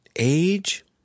Age